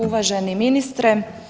Uvaženi ministre.